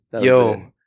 Yo